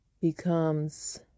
becomes